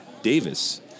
davis